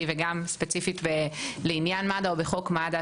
וגם ספציפית לעניין מד"א או בחוק מד"א,